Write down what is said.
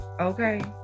Okay